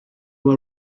were